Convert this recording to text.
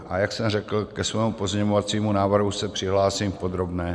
A jak jsem řekl, ke svému pozměňovacímu návrhu se přihlásím v podrobné.